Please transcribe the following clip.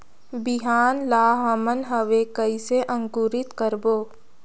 बिहान ला हमन हवे कइसे अंकुरित करबो?